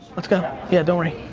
let's go, yeah, don't worry.